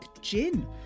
gin